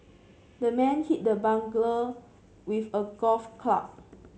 the man hit the burglar with a golf club